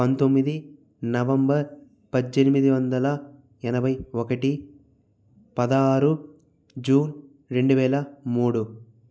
పంతొమ్మిది నవంబర్ పద్దెనిమిది వందల ఎనభై ఒకటి పదహారు జూన్ రెండు వేల మూడు